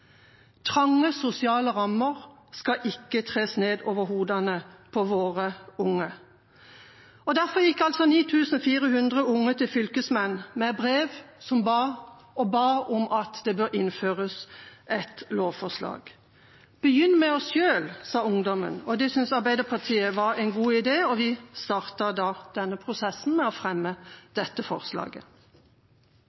Trange sosiale rammer skal ikke tres ned over hodet på våre unge. Derfor gikk 9 400 unge til fylkesmennene med brev og ba om at det burde innføres en lovendring. Vi må begynne med oss selv, sa ungdommen. Det syntes Arbeiderpartiet var en god idé, og vi startet da prosessen med å fremme